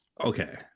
Okay